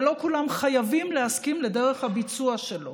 ולא כולם חייבים להסכים על דרך הביצוע שלו.